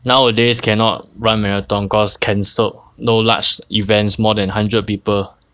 nowadays cannot run marathon cause cancelled no large events more than a hundred people